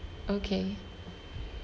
okay